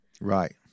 Right